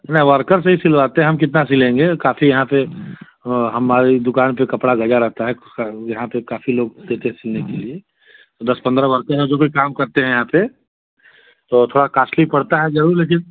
नए वर्कर से ही सिलवाते हैं हम कितना सिलेंगे काफ़ी यहाँ पर हमारी दुकान पर कपड़ा लगा रहता है कु सब यहाँ पर काफ़ी लोग देते हैं सिलने के लिए तो दस पंद्रह वर्कर हैं जो कि काम करते हैं यहाँ पर तो थोड़ा कास्टली पड़ता है ज़रूर लेकिन